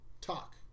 talk